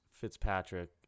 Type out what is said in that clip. Fitzpatrick